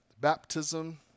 Baptism